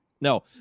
No